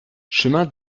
chemin